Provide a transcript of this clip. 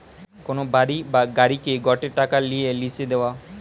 কোন বাড়ি বা গাড়িকে গটে টাকা নিয়ে লিসে দেওয়া